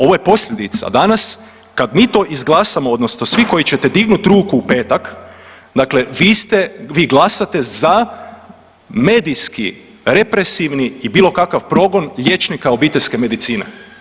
Ovo je posljedica danas kad mi to izglasamo odnosno svi koji ćete dignuti ruku u petak, dakle vi ste, vi glasate za medijski represivni i bilo kakav progon liječnika obiteljske medicine.